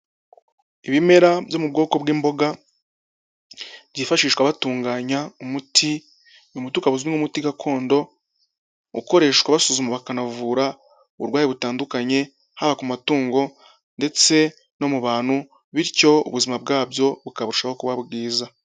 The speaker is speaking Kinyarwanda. Ibimera byo mu bwoko bw'imboga byifashishwa batunganya umuti, uyu muti ukaba uzwi nk'umuti gakondo ukoreshwa basuzuma bakanavura uburwayi butandukanye haba ku matungo ndetse no mu bantu bityo ubuzima bwabyo bukarushaho kuba bwiza.